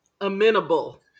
Amenable